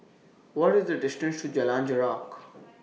What IS The distance to Jalan Jarak